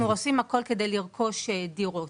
אנחנו עושים הכול כדי לרכוש דירות